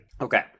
Okay